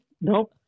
No